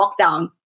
lockdown